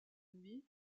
nuit